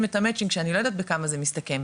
את המצי'נג שאני לא יודעת בכמה זה מסתכם,